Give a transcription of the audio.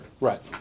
right